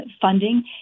funding